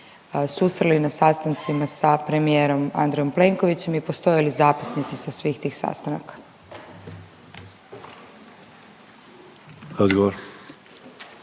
susreli na sastancima sa premijerom Andrejom Plenkovićem i postoje li zapisnici sa svih tih sastanaka? **Sanader,